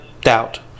doubt